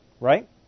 Right